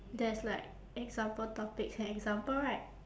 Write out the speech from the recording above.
there's like example topics and example right